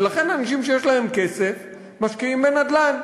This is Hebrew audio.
ולכן אנשים שיש להם כסף משקיעים בנדל"ן.